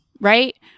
right